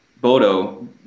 Bodo